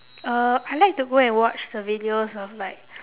uh I like to go and watch the videos of like